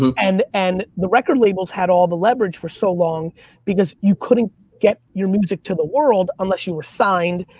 and and the record labels had all the leverage for so long because you couldn't get your music to the world unless you were signed,